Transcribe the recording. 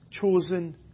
Chosen